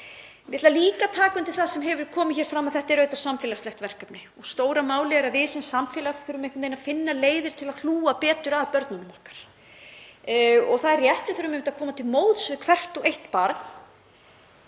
Ég ætla líka að taka undir það, sem hefur komið fram, að þetta er samfélagslegt verkefni. Stóra málið er að við sem samfélag þurfum einhvern veginn að finna leiðir til að hlúa betur að börnunum okkar. Það er rétt að við þurfum að koma til móts við hvert og eitt barn